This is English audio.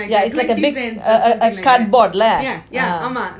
yeah is like a big err uh cardboard lah mm